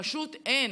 פשוט אין.